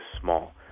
small